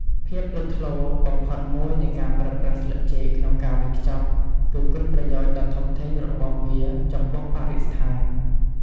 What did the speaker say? ភាពលេចធ្លោបំផុតមួយនៃការប្រើប្រាស់ស្លឹកចេកក្នុងការវេចខ្ចប់ គឺ គុណប្រយោជន៍ដ៏ធំធេងរបស់វាចំពោះបរិស្ថាន។